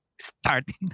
starting